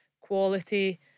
quality